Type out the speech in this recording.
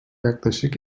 yaklaşık